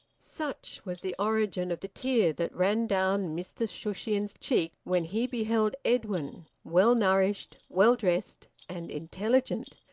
such was the origin of the tear that ran down mr shushions's cheek when he beheld edwin, well-nourished, well-dressed and intelligent,